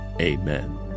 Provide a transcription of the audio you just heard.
Amen